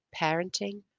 Parenting